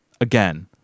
Again